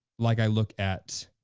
like i look at